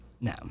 No